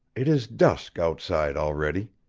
it is dusk outside already.